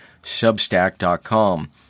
Substack.com